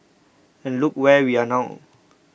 and look where we are now